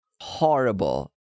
Horrible